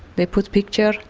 they put pictures,